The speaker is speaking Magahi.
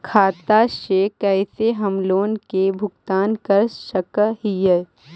खाता से कैसे हम लोन के भुगतान कर सक हिय?